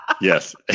yes